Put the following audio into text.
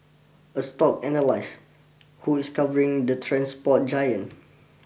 a stock analyse who is covering the transport giant